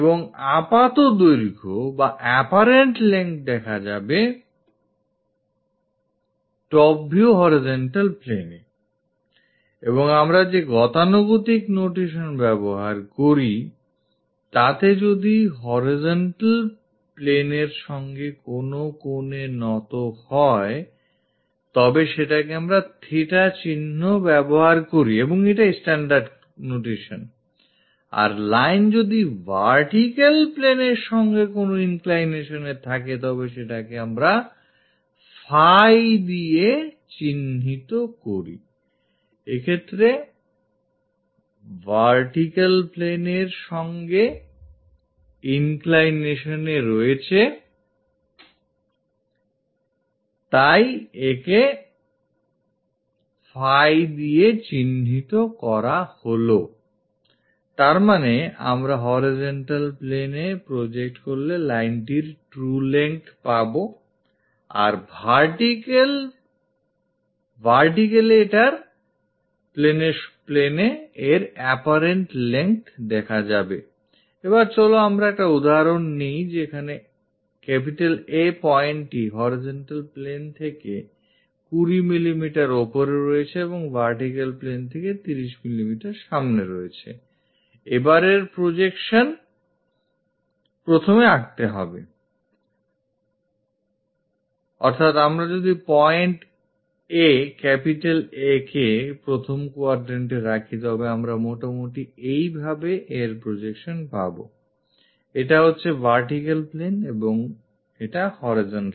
এবং আপাত দৈর্ঘ্য বা apparent length দেখা যাবে top view horizontal planeএI এবং আমরা যে গতানুগতিক notation ব্যবহার করি তাতে যদি horizontal planeএর সঙ্গে কোন কোনে নত হয় তবে সেটাকে আমরা theta চিহ্ন ব্যবহার করি এবং এটাই standard notation I আর lineটি যদি vertical planeএর সঙ্গে কোন inclination এ থাকে তবে সেটাকে আমরা phi দিয়ে চিহ্নিত করিI এক্ষেত্রে vertical planeএর সঙ্গে inclination এ রয়েছে তাই একে phi দিয়ে চিহ্নিত করা হলোI তারমানে আমরা horizontal planeএ project করলে লাইনটির true length পাবI আর vertically এটার apparent length দেখা যাবেI এবার চলো আমরা একটা উদাহরন নেই যেখানে A pointটি horizontal plane থেকে 20 মিলিমিটার ওপরে রয়েছে এবং vertical plane থেকে 30 মিলিমিটার সামনে রয়েছেI এবারের projection প্রথমে আঁকতে হবেI অর্থাৎ আমরা যদি point A কে প্রথম quadrant এ রাখি তবে আমরা মোটামুটি এইভাবে এর projection পাবI এটা হচ্ছে vertical plane এবং এটা horizontal plane